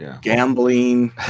gambling